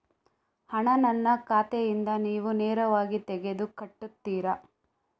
ಹಣ ನನ್ನ ಖಾತೆಯಿಂದ ನೀವು ನೇರವಾಗಿ ತೆಗೆದು ಕಟ್ಟುತ್ತೀರ?